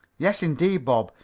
yes indeed, bob.